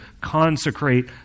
consecrate